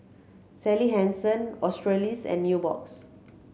Sally Hansen Australis and Nubox